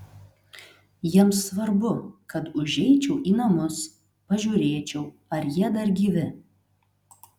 jiems svarbu kad užeičiau į namus pažiūrėčiau ar jie dar gyvi